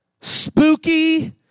spooky